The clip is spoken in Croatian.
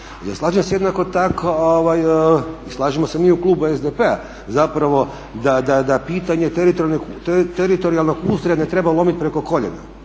Slažem se jednako tako i slažemo se mi u klubu SDP-a zapravo da pitanje teritorijalnog ustroja ne treba lomiti preko koljena.